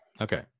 Okay